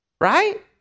right